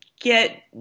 get